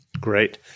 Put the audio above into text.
Great